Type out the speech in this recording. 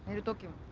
to tokyo,